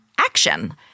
action